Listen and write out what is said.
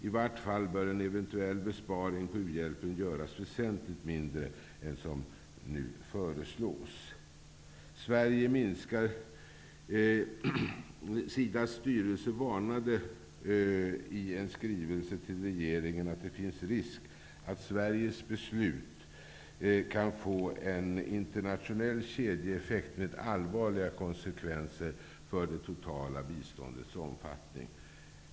I vart fall bör en eventuell besparing på u-hjälpen göras väsentligt mindre än den som nu föreslås. SIDA:s styrelse varnade i en skrivelse till regeringen och sade att det finns en risk att Sveriges beslut kan få en internationell kedjeeffekt, med allvarliga konsekvenser för det totala biståndets omfattning.